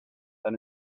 that